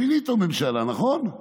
פיניטו ממשלה, נכון?